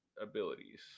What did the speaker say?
abilities